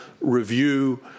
review